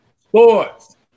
sports